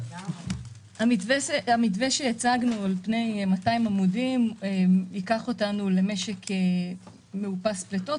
המתווה שהצגנו על פני 200 עמודים ייקח אותנו למשק מאופס פליטות.